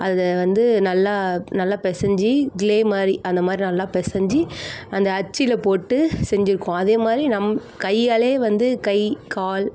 அதை வந்து நல்லா நல்லா பிசைஞ்சி க்ளே மாதிரி அந்த மாதிரி நல்லா பிசைஞ்சி அந்த அச்சில் போட்டு செஞ்சுருக்கோம் அதே மாதிரி நம் கையாலே வந்து கை கால்